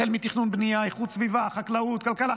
החל מתכנון ובנייה, איכות סביבה, החקלאות, כלכלה,